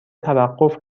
توقف